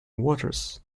waters